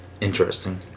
Interesting